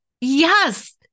yes